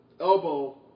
elbow